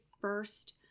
first